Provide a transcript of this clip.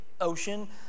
Ocean